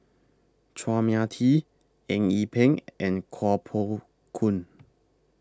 Chua Mia Tee Eng Yee Peng and Kuo Pao Kun